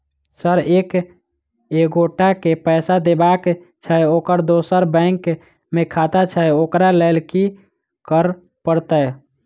Sir एक एगोटा केँ पैसा देबाक छैय ओकर दोसर बैंक मे खाता छैय ओकरा लैल की करपरतैय?